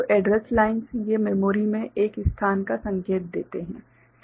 तो address lines ये memory में एक स्थान का संकेत देते हैं